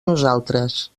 nosaltres